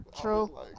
true